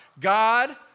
God